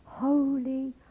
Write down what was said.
Holy